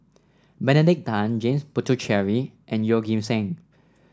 Benedict Tan James Puthucheary and Yeoh Ghim Seng